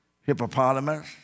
hippopotamus